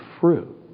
fruit